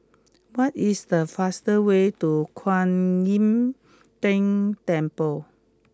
what is the fast way to Kuan Im Tng Temple